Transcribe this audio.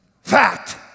Fat